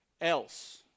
else